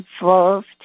involved